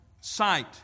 sight